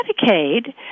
Medicaid